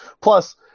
plus